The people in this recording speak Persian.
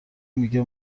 میگه